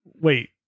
Wait